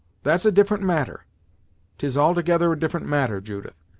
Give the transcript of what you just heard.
that's a different matter tis altogether a different matter, judith.